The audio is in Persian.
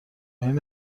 این